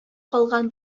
калган